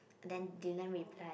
then dylan replied